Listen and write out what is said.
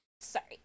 Sorry